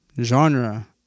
genre